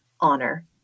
honor